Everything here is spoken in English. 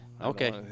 Okay